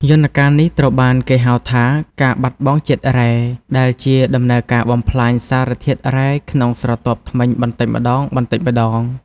យន្តការនេះត្រូវបានគេហៅថា ការបាត់បង់ជាតិរ៉ែ ដែលជាដំណើរការបំផ្លាញសារធាតុរ៉ែក្នុងស្រទាប់ធ្មេញបន្តិចម្តងៗ។